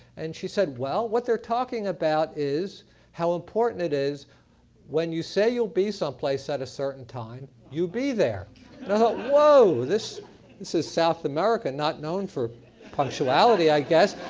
and she said well, what they're talking about is how important it is when you say you'll be some place at a certain time, you be there. and i went whoa, this this is south america, not known for punctuality, i guess.